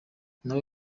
nawe